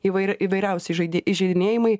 įvairi įvairiausi žaidi įžeidinėjimai